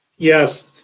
yes,